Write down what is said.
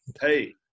Hey